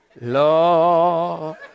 Lord